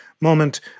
moment